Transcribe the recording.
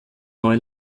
neu